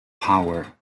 power